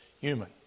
human